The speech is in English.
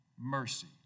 Mercy